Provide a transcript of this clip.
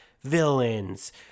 villains